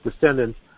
descendants